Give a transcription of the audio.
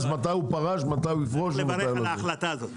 לשאלה מתי אדם פרש או מתי הוא יפרוש.